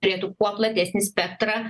turėtų kuo platesnį spektrą